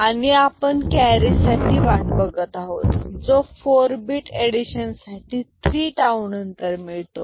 आणि आपण कॅरी साठी वाट बघत आहोत जो 4 bit एडिशन साठी 3 टाऊ नंतर मिळतो